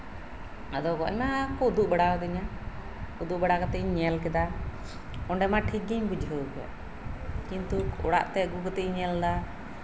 ᱟᱫᱚ ᱟᱭᱢᱟ ᱠᱚ ᱩᱫᱩᱜ ᱵᱟᱲᱟᱣᱟᱫᱤᱧᱟ ᱩᱫᱩᱜ ᱵᱟᱲᱟ ᱠᱟᱛᱤᱧ ᱧᱮᱞ ᱠᱮᱫᱟ ᱚᱸᱰᱮ ᱢᱟ ᱴᱷᱤᱠ ᱜᱤᱧ ᱵᱩᱡᱷᱟᱹᱣ ᱠᱮᱫ ᱠᱤᱱᱛᱩ ᱚᱲᱟᱜ ᱛᱮ ᱟᱜᱩ ᱠᱟᱛᱮ ᱤᱧ ᱧᱮᱞᱫᱟ